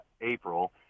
April